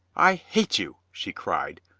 i hate you, she cried,